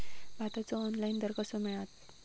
भाताचो ऑनलाइन दर कसो मिळात?